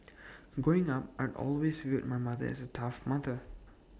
growing up I'd always viewed my mother as A tough mother